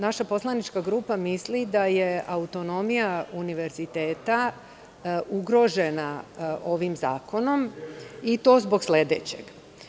Naša poslanička grupa misli da je autonomija univerziteta ugrožena ovim zakonom, i to zbog sledećeg.